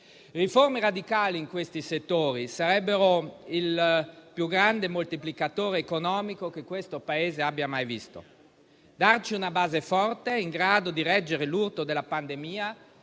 Riforme radicali in questi settori sarebbero il più grande moltiplicatore economico che il Paese abbia mai visto, per darci una base forte, in grado di reggere l'urto della pandemia,